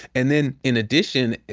and then, in addition,